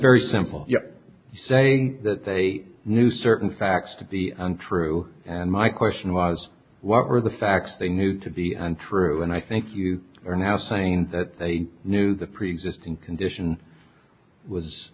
very simple you're saying that they knew certain facts to be untrue and my question was what were the facts they knew to be untrue and i think you are now saying that they knew the preexisting condition was